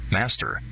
master